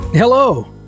Hello